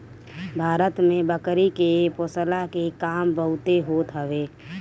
भारत में बकरी के पोषला के काम बहुते होत हवे